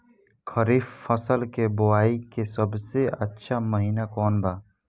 खरीफ फसल के बोआई के सबसे अच्छा महिना कौन बा?